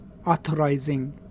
authorizing